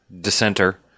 dissenter